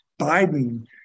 Biden